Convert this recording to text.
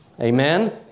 Amen